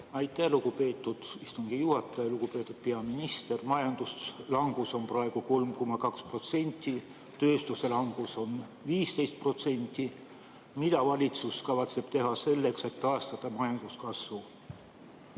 Aitäh, lugupeetud istungi juhataja! Lugupeetud peaminister! Majanduslangus on praegu 3,2%, tööstuse langus on 15%. Mida valitsus kavatseb teha selleks, et taastada majanduskasv?